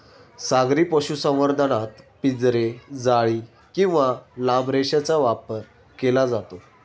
सागरी पशुसंवर्धनात पिंजरे, जाळी किंवा लांब रेषेचा वापर केला जातो